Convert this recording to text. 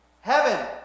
Heaven